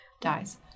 dies